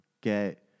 get